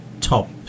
top